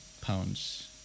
pounds